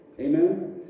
Amen